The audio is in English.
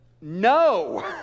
no